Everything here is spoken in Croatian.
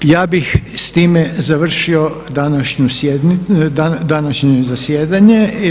Ja bih s time završio današnje zasjedanje.